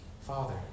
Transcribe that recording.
father